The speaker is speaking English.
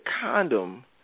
condom